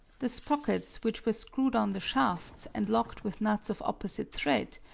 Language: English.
the sprockets which were screwed on the shafts, and locked with nuts of opposite thread,